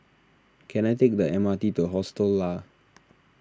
can I take the M R T to Hostel Lah